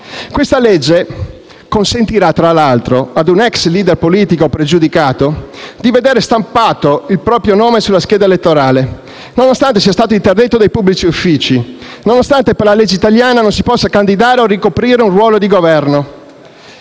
di legge consentirà, tra l'altro, ad un ex *leader* politico pregiudicato di vedere stampato il proprio nome sulla scheda elettorale, nonostante sia stato interdetto dai pubblici uffici, nonostante per la legge italiana non si possa candidare o ricoprire un ruolo di Governo.